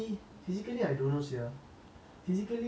physically my friends all say my hand is very big